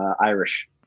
Irish